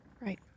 right